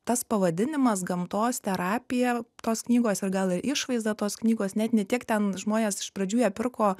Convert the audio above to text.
tas pavadinimas gamtos terapija tos knygos ir gal ir išvaizda tos knygos net ne tiek ten žmonės iš pradžių ją pirko